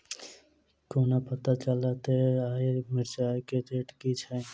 कोना पत्ता चलतै आय मिर्चाय केँ रेट की छै?